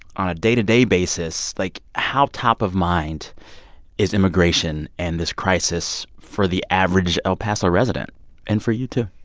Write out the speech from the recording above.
on a day-to-day basis, like, how top of mind is immigration and this crisis for the average el paso resident and for you too?